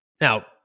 Now